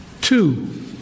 Two